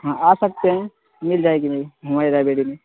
ہاں آ سکتے ہیں مل جائے گی وہی ہماری لائیبریری میں